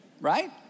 right